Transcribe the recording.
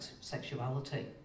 sexuality